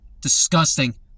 disgusting